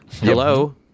Hello